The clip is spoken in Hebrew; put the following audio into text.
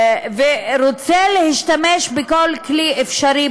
ורוצה להשתמש בכל כלי אפשרי,